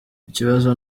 ikibazo